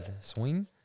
swing